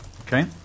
Okay